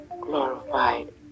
glorified